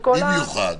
במיוחד